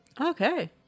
Okay